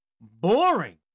boring